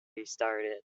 restarted